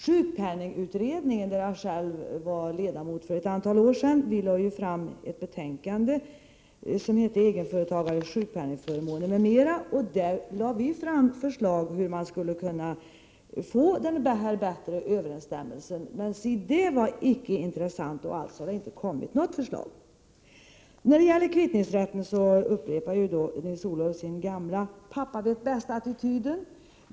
Sjukpenningutredningen — där jag själv var medlem för ett antal år sedan — lade ju fram ett betänkande som heter Egenföretagare, sjukpennigförmåner m.m. Här föreslogs hur man skulle kunna få en bättre överensstämmelse, men si det var icke intressant. Det har alltså inte kommit något förslag. pappa-vet-bäst-attityd.